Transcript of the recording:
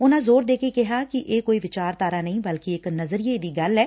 ਉਨੂਾ ਜ਼ੋਰ ਦੇ ਕੇ ਕਿਹਾ ਕਿ ਇਹ ਕੋਈ ਵਿਚਾਰਧਾਰਾ ਨਹੀ ਬਲਕਿ ਇਕ ਨਜ਼ਰੀਏ ਦੀ ਗੱਲ ਐ